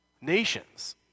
nations